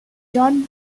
john